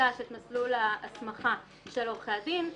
מחדש את מסלול ההסמכה של עורכי הדין.